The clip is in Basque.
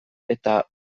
eta